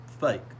fake